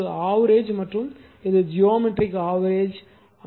எனவே இது ஆவ்ரேஜ் மற்றும் இது ஜியோமெட்ரிக் ஆவெரேஜ்